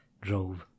drove